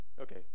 Okay